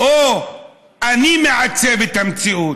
או אני מעצב את המציאות?